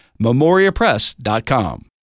memoriapress.com